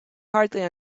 hardly